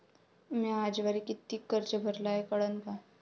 म्या आजवरी कितीक कर्ज भरलं हाय कळन का?